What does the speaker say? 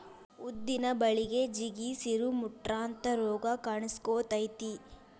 ಉದ್ದಿನ ಬಳಿಗೆ ಜಿಗಿ, ಸಿರು, ಮುಟ್ರಂತಾ ರೋಗ ಕಾನ್ಸಕೊತೈತಿ